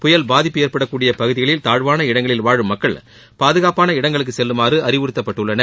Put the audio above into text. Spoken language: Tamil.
புயல் பாதிப்பு ஏற்படக்கூடிய பகுதிகளில் தாழ்வாள இடங்களில் வாழும் மக்கள் பாதுகாப்பான இடங்களுக்கு செல்லுமாறு அறிவுறுத்தபட்டுள்ளனர்